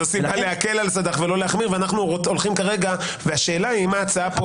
לכן זה בא להקל על סד"ח ולא להחמיר והשאלה היא האם ההצעה פה